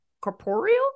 corporeal